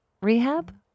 rehab